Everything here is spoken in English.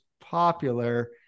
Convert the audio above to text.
popular